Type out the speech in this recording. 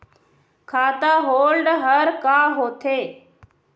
खाता होल्ड हर का होथे?